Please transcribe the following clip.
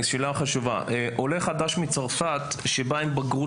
עולה חדש מצרפת שמחזיק בתעודת בגרות